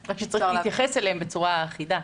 --- רק צריך להתייחס אליהם בצורה אחידה.